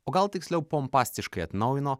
o gal tiksliau pompastiškai atnaujino